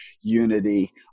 unity